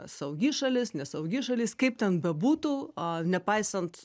saugi šalis nesaugi šalis kaip ten bebūtų nepaisant